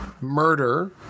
murder